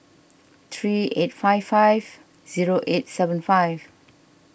three eight five five zero eight seven five